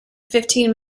fifteen